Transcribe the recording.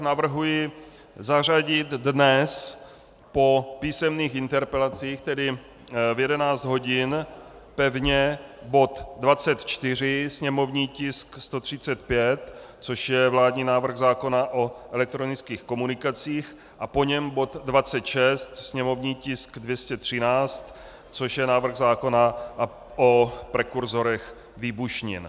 Navrhuji zařadit dnes po písemných interpelacích, tedy v 11 hodin, pevně bod 24, sněmovní tisk 135, což je vládní návrh zákona o elektronických komunikacích, a po něm bod 26, sněmovní tisk 213, což je návrh zákona o prekurzorech výbušnin.